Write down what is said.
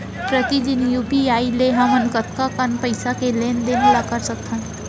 प्रतिदन यू.पी.आई ले हमन कतका कन पइसा के लेन देन ल कर सकथन?